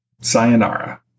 sayonara